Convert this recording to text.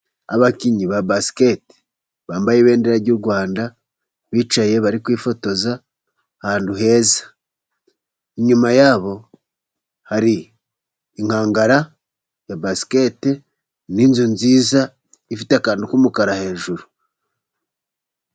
Abakinnyi ba basiketi bambaye ibendera ry'u Rwanda, bicaye bari kwifotoza ahantu heza. Inyuma yabo hari inkangara ya basiketi, n'inzu nziza ifite akantu k'umukara hejuru.